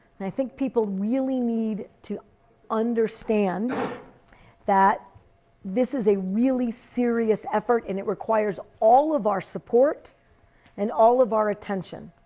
and i think people really need to understand that this is a really serious effort and it requires all of our support and all of our attention.